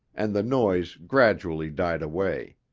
and the noise gradually died away.